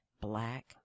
black